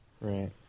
Right